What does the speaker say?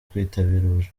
kwitabira